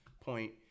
point